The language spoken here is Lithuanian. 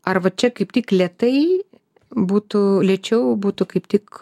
ar va čia kaip tik lėtai būtų lėčiau būtų kaip tik